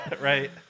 right